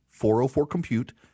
404-COMPUTE